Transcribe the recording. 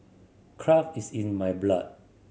craft is in my blood